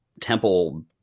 temple